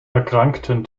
erkrankten